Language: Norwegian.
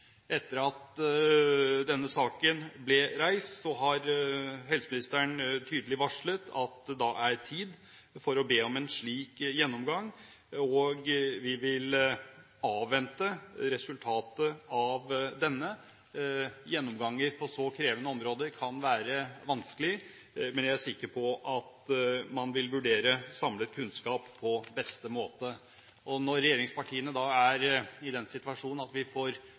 Etter at denne saken ble reist, har helseministeren tydelig varslet at det er tid for å be om en slik gjennomgang, og vi vil avvente resultatet av denne. Gjennomganger på så krevende områder kan være vanskelige, men jeg er sikker på at man vil vurdere samlet kunnskap på beste måte. Når regjeringspartiene er i den situasjonen at vi får